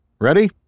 Ready